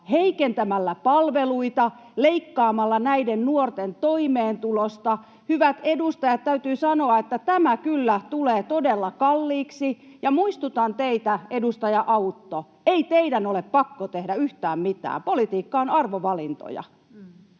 heikentämällä palveluita, leikkaamalla näiden nuorten toimeentulosta. Hyvät edustajat, täytyy sanoa, että tämä kyllä tulee todella kalliiksi, ja muistutan teitä, edustaja Autto, että ei teidän ole ”pakko” tehdä yhtään mitään, politiikka on arvovalintoja.